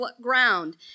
ground